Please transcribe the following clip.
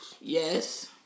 Yes